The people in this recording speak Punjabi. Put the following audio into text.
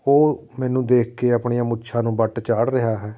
ਉਹ ਮੈਨੂੰ ਦੇਖ ਕੇ ਆਪਣੀਆਂ ਮੁੱਛਾਂ ਨੂੰ ਵੱਟ ਚਾੜ੍ਹ ਰਿਹਾ ਹੈ